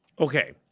Okay